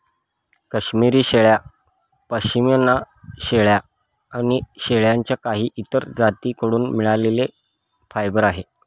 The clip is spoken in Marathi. काश्मिरी शेळ्या, पश्मीना शेळ्या आणि शेळ्यांच्या काही इतर जाती कडून मिळालेले फायबर आहे